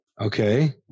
Okay